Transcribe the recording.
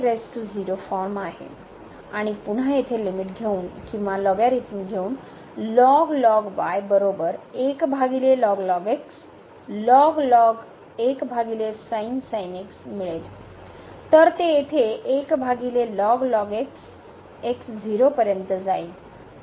तर आपल्याकडे फॉर्म आहे आणि पुन्हा येथे लिमिट घेऊन किंवा लॉगॅरिथम घेऊन मिळेल तर ते येथे x 0 पर्यंत जाईल